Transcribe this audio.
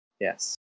Yes